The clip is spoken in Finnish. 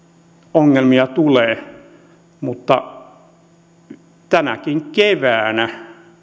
ongelmia tulee tänäkin keväänä